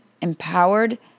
empowered